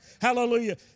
Hallelujah